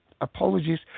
apologies